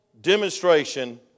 demonstration